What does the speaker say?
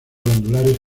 glandulares